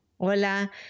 Hola